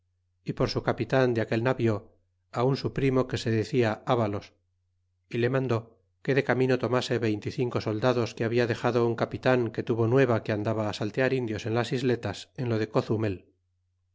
y por su capitan de aquel navío un su primo que se decia avalos y le mandó que de camino tomase veinte y cinco soldados que labia dexado un capitan que tuvo nueva que andaba saltear indios en las isletas en lo de cozumel